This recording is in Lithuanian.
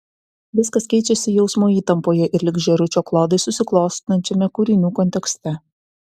viskas keičiasi jausmo įtampoje ir lyg žėručio klodai susiklostančiame kūrinių kontekste